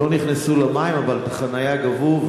לא נכנסו למים, אבל על החניה גבו.